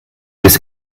bis